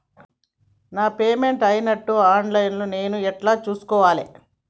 నా పేమెంట్ అయినట్టు online లా నేను ఎట్ల చూస్కోవాలే?